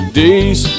days